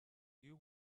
you